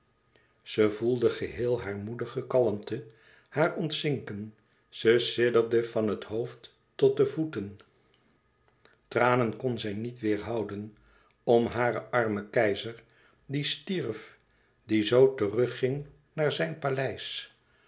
ze voelde geheel hare moedige kalmte haar ontzinken ze sidderde van het hoofd tot de voeten tranen kon zij niet weêrhouden om haren armen keizer die stierf die zoo terug ging naar zijn paleis